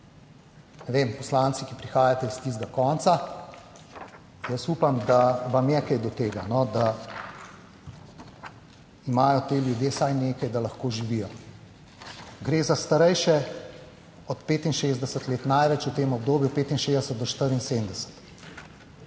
poslanci, ki prihajate iz tistega konca, jaz upam, da vam je kaj do tega, da imajo ti ljudje vsaj nekaj, da lahko živijo. Gre za starejše od 65 let, največ v tem obdobju, 65 do 74.